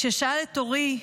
כששאל את אורי: